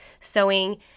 sewing